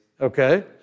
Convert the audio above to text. okay